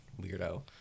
Weirdo